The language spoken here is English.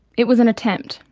it was an attempt,